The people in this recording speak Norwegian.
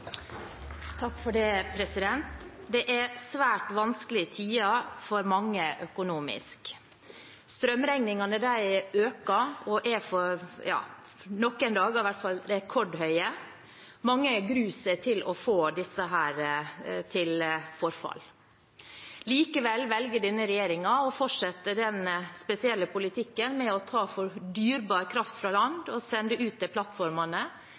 svært vanskelige tider for mange økonomisk. Strømregningene øker og er – i hvert fall noen dager – rekordhøye. Mange gruer seg til å få disse til forfall. Likevel velger denne regjeringen å fortsette den spesielle politikken med å ta dyrebar kraft fra land og sende ut til plattformene,